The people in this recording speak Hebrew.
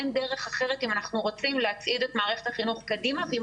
אין דרך אחרת אם אנחנו רוצים להצעיד את מערכת החינוך קדימה ואם